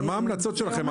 אבל מה ההמלצות שלכם?